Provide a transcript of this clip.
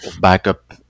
backup